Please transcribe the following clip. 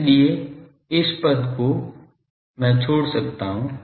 इसलिए इस पद को मैं छोड़ सकता हूं